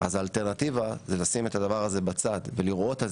אז האלטרנטיבה זה לשים את הדבר הזה בצד ולראות על